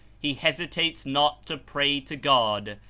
he hesitates not to pray to god,